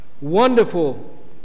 wonderful